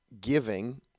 giving